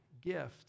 gift